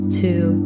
two